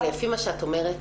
לפי מה שאת אומרת,